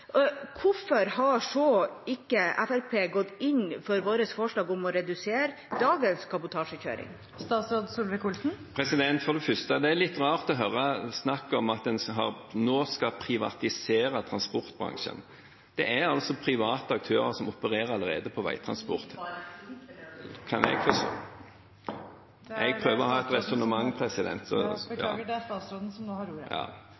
Hvorfor har ikke Fremskrittspartiet gått inn for vårt forslag om å redusere dagens kabotasjekjøring? For det første: Det er litt rart å høre snakk om at en nå skal privatisere transportbransjen. Det er altså private aktører som opererer allerede … Liberalisere. Jeg prøver å ha et resonnement, president. Det er statsråden som nå har ordet.